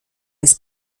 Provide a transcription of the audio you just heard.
des